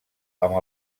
amb